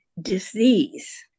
disease